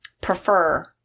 prefer